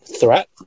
threat